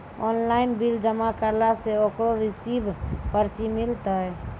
Online bill जमा करला से ओकरौ रिसीव पर्ची मिलतै?